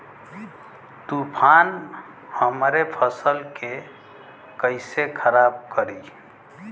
तूफान हमरे फसल के कइसे खराब करी?